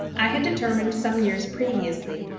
i had determined some years previously,